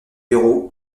bureau